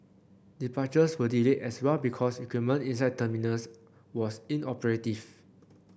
departures were delayed as well because equipment inside terminals was inoperative